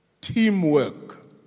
Teamwork